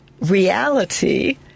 reality